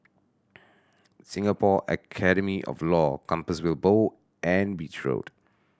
Singapore Academy of Law Compassvale Bow and Beach Road